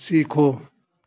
सीखो